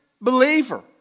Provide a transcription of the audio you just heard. believer